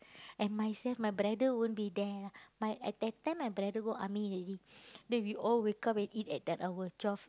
and myself my brother won't be there ah my at that time my brother go army already then we all wake up and eat at that hour twelve